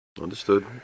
Understood